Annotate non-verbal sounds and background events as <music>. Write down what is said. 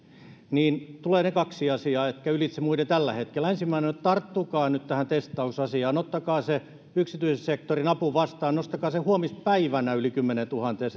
tulee kaksi asiaa ehkä ylitse muiden tällä hetkellä ensimmäinen on että tarttukaa nyt tähän testausasiaan ottakaa se yksityisen sektorin apu vastaan ja nostakaa huomispäivänä yli kymmeneentuhanteen <unintelligible>